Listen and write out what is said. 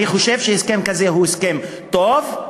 אני חושב שהסכם כזה הוא הסכם טוב.